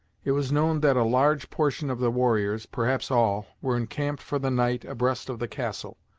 it was known that a large portion of the warriors perhaps all were encamped for the night abreast of the castle,